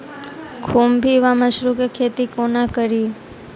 खुम्भी वा मसरू केँ खेती कोना कड़ी?